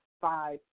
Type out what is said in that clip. five